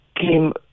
came